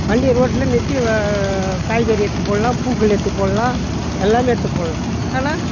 வண்டி ரோட்லேயே நிறுத்தி காய்கறி எடுத்து போடலாம் பூக்கள் எடுத்து போடலாம் எல்லாம் எடுத்து போடலாம் ஆனால்